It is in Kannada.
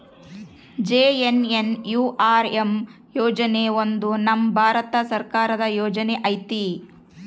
ಜೆ.ಎನ್.ಎನ್.ಯು.ಆರ್.ಎಮ್ ಯೋಜನೆ ಒಂದು ನಮ್ ಭಾರತ ಸರ್ಕಾರದ ಯೋಜನೆ ಐತಿ